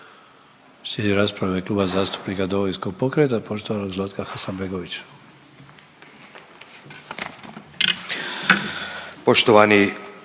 Slijedi rasprava u ime Kluba zastupnika Domovinskog pokreta poštovanog Zlatka Hasanbegovića.